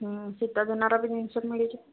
ହୁଁ ଶୀତ ଦିନଟା ବି ଜିନିଷ୍ଟା ବି ମିଳିଯିବ